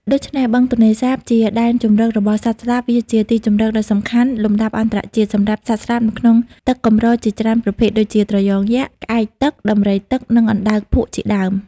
ដូច្នេះ បឹងទន្លេសាប ជាដែនជម្រករបស់់សត្វស្លាប វាជាទីជម្រកដ៏សំខាន់លំដាប់អន្តរជាតិ សម្រាប់សត្វស្លាបនៅក្នុងទឹកកម្រជាច្រើនប្រភេទ ដូចជា ត្រយងយក្ស ក្អែកទឹក ដំរីទឹក និង អណ្ដើកភក់ជាដើម។